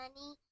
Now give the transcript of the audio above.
money